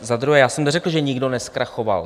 Za druhé, já jsem neřekl, že nikdo nezkrachoval.